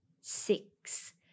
six